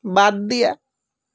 বাদ দিয়া